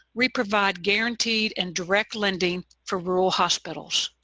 we provide guaranteed and direct lending for rural hospitals.